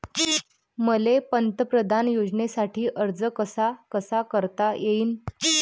मले पंतप्रधान योजनेसाठी अर्ज कसा कसा करता येईन?